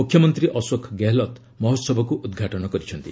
ମୁଖ୍ୟମନ୍ତ୍ରୀ ଅଶୋକ ଗେହେଲତ ମହୋହବକୁ ଉଦ୍ଘାଟନ କରିଛନ୍ତି